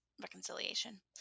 reconciliation